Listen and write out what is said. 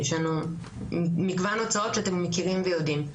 יש לנו מגוון הוצאות שאתם מכירים ויודעים,